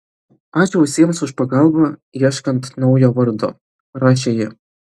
ačiū visiems už pagalbą ieškant naujo vardo rašė ji